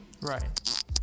Right